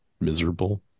miserable